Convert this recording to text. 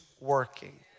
working